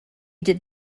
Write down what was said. did